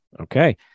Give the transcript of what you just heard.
Okay